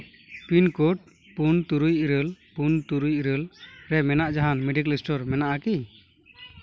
pin code ᱯᱩᱱ ᱛᱩᱨᱩᱭ ᱤᱨᱟᱹᱞ ᱯᱩᱱ ᱛᱩᱨᱩᱭ ᱤᱨᱟᱹᱞ ᱨᱮ ᱢᱮᱱᱟᱜ ᱡᱟᱦᱟᱸ ᱢᱮᱰᱤᱠᱮᱞ ᱥᱴᱳᱨ ᱢᱮᱱᱟᱜᱼᱟ ᱠᱤ